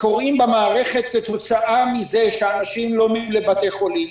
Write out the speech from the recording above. במערכת כתוצאה מזה שאנשים לא באים לבתי חולים,